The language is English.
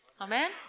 Amen